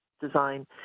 design